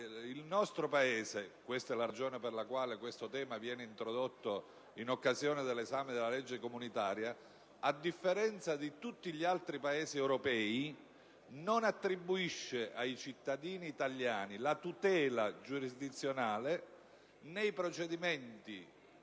Il nostro Paese inoltre (questa è la ragione per la quale questo tema viene introdotto in occasione dell'esame della legge comunitaria), a differenza di tutti gli altri Paesi europei, non attribuisce ai cittadini italiani la tutela giurisdizionale nei procedimenti